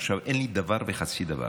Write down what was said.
עכשיו, אין לי דבר וחצי דבר.